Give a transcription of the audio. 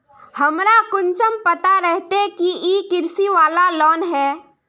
हमरा कुंसम पता रहते की इ कृषि वाला लोन है?